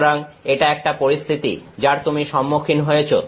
সুতরাং এটা একটা পরিস্থিতি যার তুমি সম্মুখীন হয়েছো